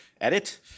edit